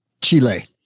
Chile